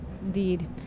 Indeed